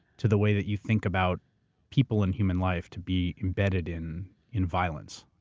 to the way that you think about people in human life to be embedded in in violence?